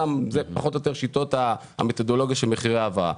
אלה פחות או יותר שיטות המתודולוגיה של מחירי ההבאה.